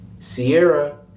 Sierra